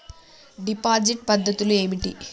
Deposit పద్ధతులు ఏమిటి?